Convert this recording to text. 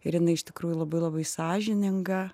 ir jinai iš tikrųjų labai labai sąžininga